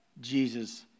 Jesus